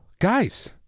guys